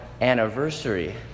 anniversary